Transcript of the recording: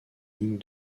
ligne